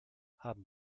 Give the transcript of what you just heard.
haben